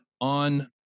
on